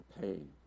pain